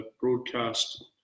broadcast